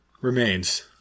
Remains